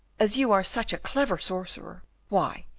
as you are such a clever sorcerer, why,